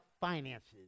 finances